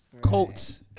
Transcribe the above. coats